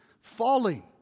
falling